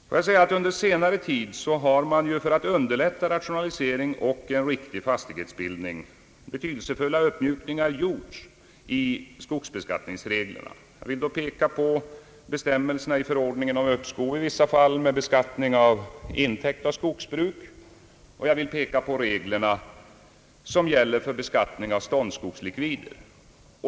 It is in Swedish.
För att underlätta rationalisering och en riktig fastighetsbildning har på senare tid betydelsefulla uppmjukningar gjorts i skogsbeskattningsreglerna. Jag vill peka på bestämmelserna i förordningen om uppskov i vissa fall med beskattning av intäkt av skogsbruk, och jag vill peka på de regler som gäller för beskattning av ståndskogslikvider.